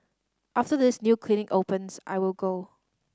after this new clinic opens I will go